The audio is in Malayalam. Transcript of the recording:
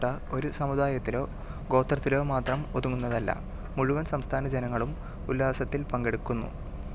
കുട്ട ഒരു സമുദായത്തിലോ ഗോത്രത്തിലോ മാത്രം ഒതുങ്ങുന്നതല്ല മുഴുവൻ സംസ്ഥാന ജനങ്ങളും ഉല്ലാസത്തിൽ പങ്കെടുക്കുന്നു